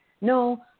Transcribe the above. No